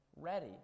ready